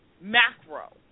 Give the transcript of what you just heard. macro